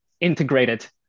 integrated